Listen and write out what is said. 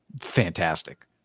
fantastic